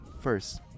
first